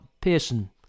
Pearson